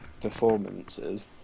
performances